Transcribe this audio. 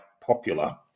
popular